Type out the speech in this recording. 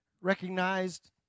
recognized